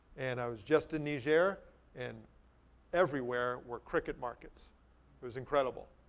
and i was just in niger and everywhere were cricket markets. it was incredible.